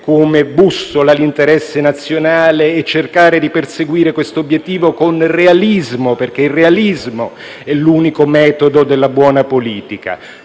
come bussola l'interesse nazionale e cercare di perseguire questo obiettivo con realismo, perché il realismo è l'unico metodo della buona politica.